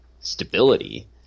stability